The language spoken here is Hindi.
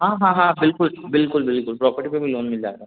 हाँ हाँ हाँ बिल्कुल बिल्कुल बिल्कुल प्रॉपर्टी पे भी लोन मिल जाता है